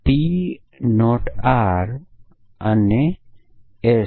R અથવા S